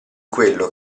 quello